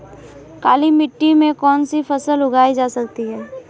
काली मिट्टी में कौनसी फसल उगाई जा सकती है?